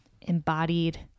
embodied